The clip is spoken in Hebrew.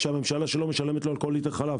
שהממשלה שלו משלמת לו על כל ליטר חלב.